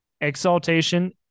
Exaltation